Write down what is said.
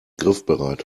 griffbereit